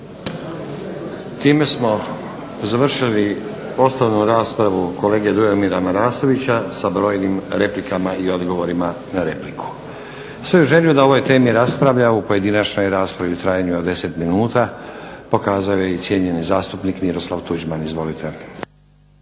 Time smo završili … raspravu kolege Dujomira Marasovića sa brojnim replikama i odgovorima na repliku. Svoju želju da o ovoj temi raspravlja u pojedinačnoj raspravi u trajanju od 10 minuta pokazao je i cijenjeni zastupnik Miroslav Tuđman. Izvolite.